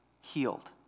healed